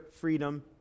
freedom